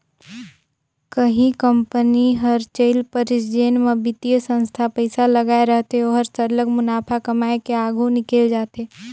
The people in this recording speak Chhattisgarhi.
कहीं कंपनी हर चइल परिस जेन म बित्तीय संस्था पइसा लगाए रहथे ओहर सरलग मुनाफा कमाए के आघु निकेल जाथे